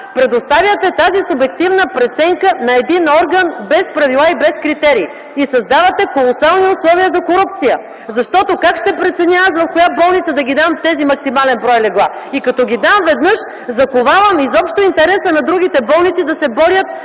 предоставяте тази субективна преценка на един орган без правила и без критерии! И създавате колосални условия за корупция! Как ще преценя аз в коя болница да дам този максимален брой легла? Като ги дам веднъж, заковавам изобщо интереса на другите болници да се борят